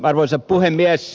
arvoisa puhemies